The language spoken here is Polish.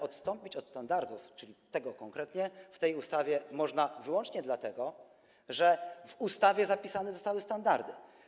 Odstąpić od standardów, czyli konkretnie od tego, w tej ustawie można wyłącznie dlatego, że w ustawie zapisane zostały standardy.